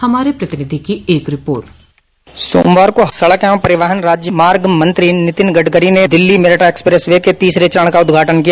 हमारे प्रतिनिधि की एक रिपोर्ट सड़क एवं परिवहन राजमार्ग मंत्री नितिन गडकरी ने दिल्ली मेरठ एक्सप्रेस वे के तीसरे चरण का उद्घाटन किया